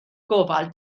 gofal